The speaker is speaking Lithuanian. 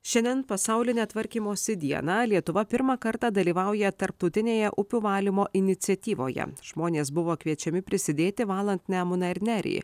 šiandien pasaulinę tvarkymosi dieną lietuva pirmą kartą dalyvauja tarptautinėje upių valymo iniciatyvoje žmonės buvo kviečiami prisidėti valant nemuną ir nerį